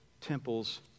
temple's